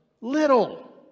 little